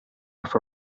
with